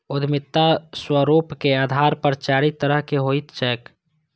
उद्यमिता स्वरूपक आधार पर चारि तरहक होइत छैक